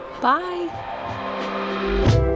Bye